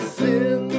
sin